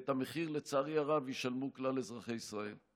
ואת המחיר, לצערי הרב, ישלמו כלל אזרחי ישראל.